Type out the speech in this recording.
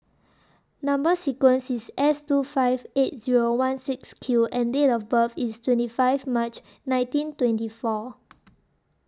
Number sequence IS S two five eight Zero one six Q and Date of birth IS twenty five March nineteen twenty four